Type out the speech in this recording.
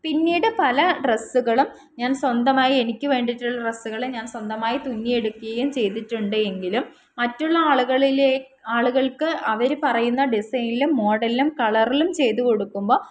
പിന്നീട് പല ഡ്രസ്സുകളും ഞാൻ സ്വന്തമായി എനിക്ക് വേണ്ടിയിട്ടുള്ള ഡ്രസ്സുകൾ ഞാൻ സ്വന്തമായി തുന്നിയെടുക്കുകയും ചെയ്തിട്ടുണ്ട് എങ്കിലും മറ്റുള്ള ആളുകളിലെ ആളുകൾക്ക് അവർ പറയുന്ന ഡിസൈനിലും മോഡൽലും കളറിലും ചെയ്ത് കൊടുക്കുമ്പോൾ